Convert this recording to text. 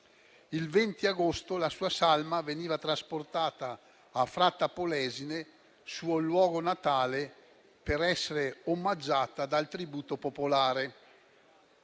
Il 20 agosto la sua salma veniva trasportata a Fratta Polesine, suo luogo natale per essere omaggiata dal tributo popolare.